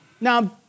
Now